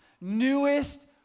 newest